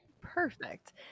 perfect